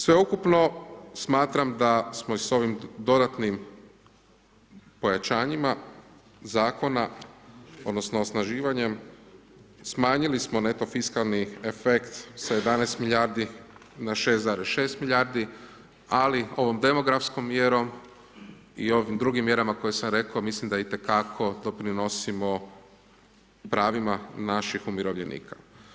Sveukupno smatram da smo i s ovim dodatnim pojačanjima zakona odnosno osnaživanjem smanjili smo neto fiskalni efekt sa 11 milijardi na 6,6 milijardi ali ovom demografskom mjerom i ovim drugim mjerama koje sam reko mislim da i te kako doprinosimo pravim naših umirovljenika.